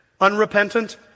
Unrepentant